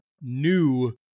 new